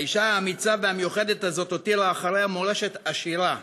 האישה האמיצה והמיוחדת הזאת הותירה אחריה מורשת עשירה.